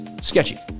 sketchy